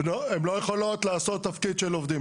הן לא יכולות לעשות תפקיד של עובדים.